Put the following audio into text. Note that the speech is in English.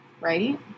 Right